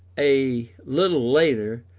a little later,